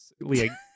Leah